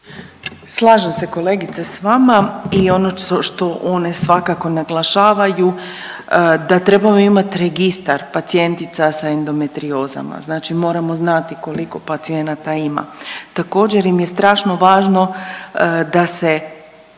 se ne razumije./… što one svakako naglašavaju da trebamo imati registar pacijentica sa endometriozama. Znači moramo znati koliko pacijenata ima. Također im je strašno važno da se